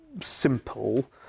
simple